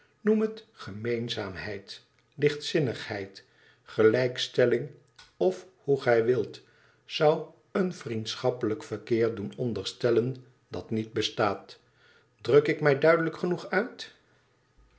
noem het gemeenzaamheid lichtzinnigheid gelijkstelling of hoe gij wilt zou een vriendschappelijk verkeer doen onderstellen dat niet bestaat druk ik mij duidelijk genoeg uit